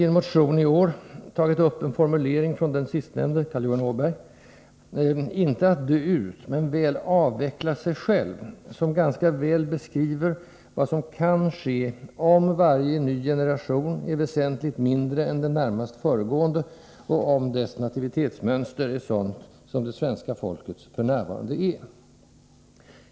i en motion i år tagit upp en formulering från den sistnämnde: inte ”dö ut”, men väl ”avveckla sig själv”, som ganska väl beskriver vad som kan ske om varje ny generation är väsentligt mindre än den närmast föregående och om dess nativitetsmönster är sådant som det svenska folkets f.n. är.